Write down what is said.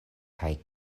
kaj